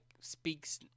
speaks